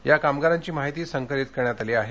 या कामगारांची माहिती संकलित करण्यात आली आहे